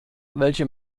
welche